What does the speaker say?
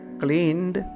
cleaned